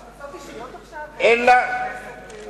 אנחנו בהשמצות אישיות עכשיו, חבר הכנסת רותם?